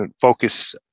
focus